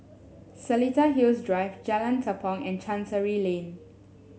Seletar Hills Drive Jalan Tepong and Chancery Lane